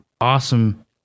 awesome